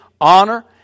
honor